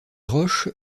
roches